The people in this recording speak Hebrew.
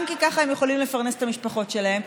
גם כי ככה הם יכולים לפרנס את המשפחות שלהם,